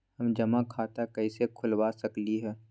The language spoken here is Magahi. हम जमा खाता कइसे खुलवा सकली ह?